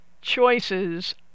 choices